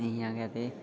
इ'यां गै ते